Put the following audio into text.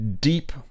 deep